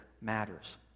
matters